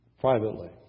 privately